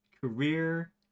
Career